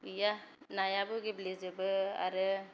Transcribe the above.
गैया नायाबो गेब्लेजोबो आरो